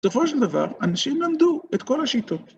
בסופו של דבר אנשים למדו את כל השיטות.